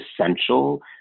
essential